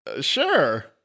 sure